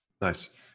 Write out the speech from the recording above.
nice